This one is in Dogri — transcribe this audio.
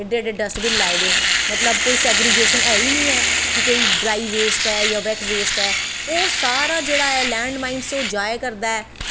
एडे एडे डस्टबीन लाए दे मतलव कोई सैरिगेशन है गै नी ऐ कि कोई ड्राई बेस्ट ऐ जां बैट बैस्ट ऐ ओह् सारा जेह्ड़ा ऐ लैंड बैस्ट ओह् जाए करदा ऐ